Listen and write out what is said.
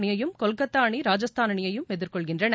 அணியையும் கொல்கத்தா அணி ராஜஸ்தான் அணியையும் எதிர்கொள்கின்றன